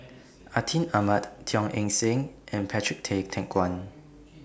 Atin Amat Teo Eng Seng and Patrick Tay Teck Guan